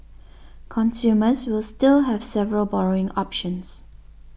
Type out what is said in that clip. consumers will still have several borrowing options